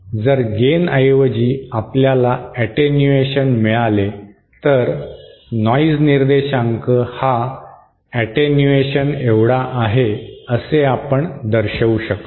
जर गेन ऐवजी आपल्याला अॅटेन्युएशन मिळाले तर नॉइज निर्देशांक हा अॅटेन्युएशनएवढा आहे असे आपण दर्शवू शकतो